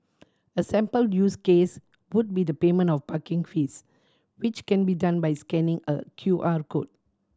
a sample use case would be the payment of parking fees which can be done by scanning a Q R code